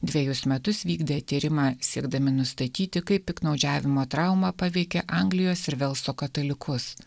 dvejus metus vykdę tyrimą siekdami nustatyti kaip piktnaudžiavimo trauma paveikia anglijos ir velso katalikus